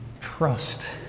trust